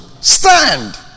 Stand